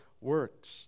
works